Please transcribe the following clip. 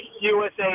usa